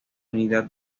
unidad